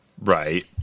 Right